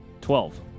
Twelve